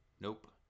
Nope